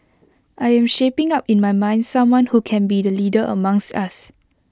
I am shaping up in my mind someone who can be the leader amongst us